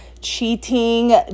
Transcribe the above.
Cheating